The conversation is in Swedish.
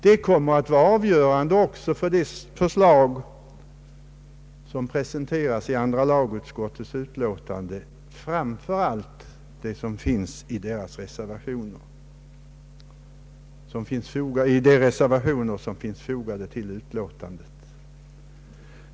Det kommer att vara avgörande också för de förslag som presenteras i andra lagutskottets utlåtande, framför allt vad som anföres i de reservationer som är fogade till utlåtandet.